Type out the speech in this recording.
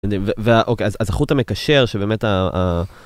וה, אוקיי, אז החוט המקשר שבאמת ה...